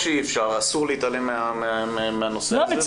ואסור להתעלם מהנושא הזה.